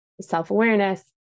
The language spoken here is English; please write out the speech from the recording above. self-awareness